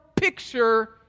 Picture